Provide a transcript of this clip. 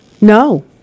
No